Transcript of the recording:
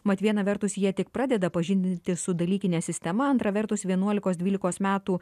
mat viena vertus jie tik pradeda pažindintis su dalykine sistema antra vertus vienuolikos dvylikos metų